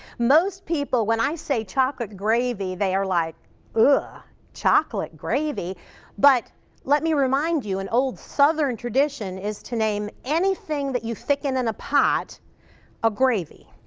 most people when i say chocolate gravy, they are like ugh ah chocolate gravy but let me remind you an old southern tradition is to name anything that you thicken in a pot a gravy.